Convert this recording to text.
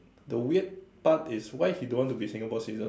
the weird part is why he don't want to be Singapore citizen